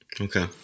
Okay